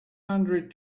hundred